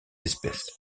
espèces